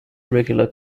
regular